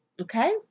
Okay